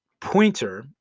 pointer